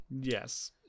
Yes